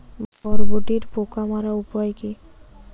বরবটির পোকা মারার উপায় কি?